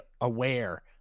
aware